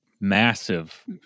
massive